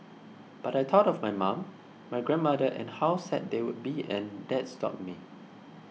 but I thought of my mum my grandmother and how sad they would be and that stopped me